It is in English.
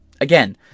again